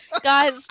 guys